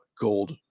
gold